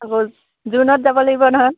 আকৌ জুৰুণত যাব লাগিব নহয়